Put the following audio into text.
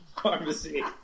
Pharmacy